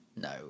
No